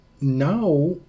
now